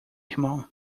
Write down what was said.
irmão